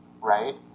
right